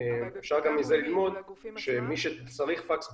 אפשר ללמוד מזה שמי שצריך פקס,